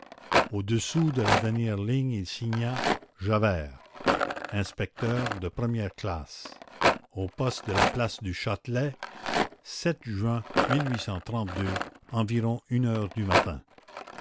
au-dessous de la dernière ligne il signa javert inspecteur de première classe au poste de la place du châtelet juin environ une heure du matin